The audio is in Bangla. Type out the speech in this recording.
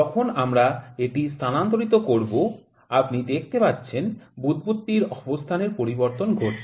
যখন আমরা এটি স্থানান্তরিত করব আপনি দেখতে পাচ্ছেন বুদবুদটির অবস্থানের পরিবর্তন ঘটছে